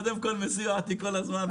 הוא מסיע אותי כל הזמן.